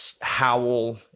howl